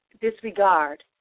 disregard